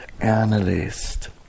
analyst